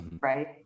right